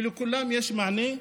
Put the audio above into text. ולכולם יש מענה,